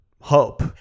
hope